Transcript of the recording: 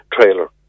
trailer